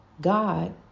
God